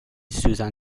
سوزن